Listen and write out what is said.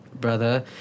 brother